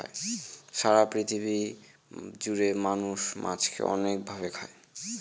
সারা পৃথিবী জুড়ে মানুষ মাছকে অনেক ভাবে খায়